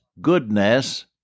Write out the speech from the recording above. goodness